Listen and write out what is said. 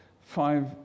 five